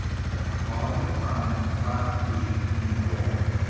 the cause of crime, prostitution and war.